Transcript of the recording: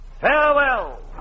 farewell